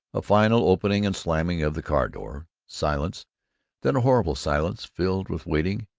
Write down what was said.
a final opening and slamming of the car door. silence then, a horrible silence filled with waiting,